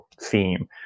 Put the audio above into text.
theme